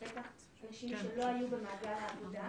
ובטח אנשים שלא היו במעגל העבודה,